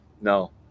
No